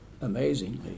amazingly